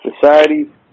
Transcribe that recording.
Society